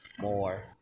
more